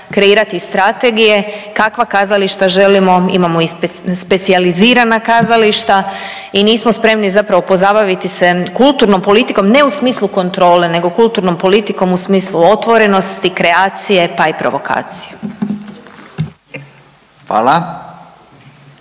kreirati strategije kakva kazališta želimo. Imamo i specijalizirana kazališta i nismo spremni zapravo pozabaviti se kulturnom politikom ne u smislu kontrole, nego kulturnom politikom u smislu otvorenosti, kreacije, pa i provokacije.